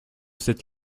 cette